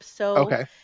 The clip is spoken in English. Okay